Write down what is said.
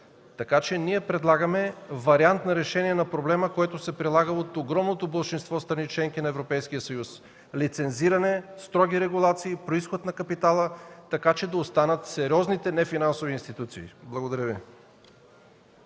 България. Ние предлагаме вариант на решение на проблема, който се прилага от огромното болшинство страни – членки на Европейския съюз – лицензиране, строги регулации, произход на капитала, така че да останат сериозните нефинансови институции. Благодаря Ви.